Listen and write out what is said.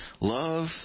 Love